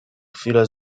chwilę